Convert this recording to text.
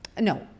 no